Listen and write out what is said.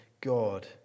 God